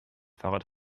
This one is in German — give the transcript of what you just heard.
fahrrad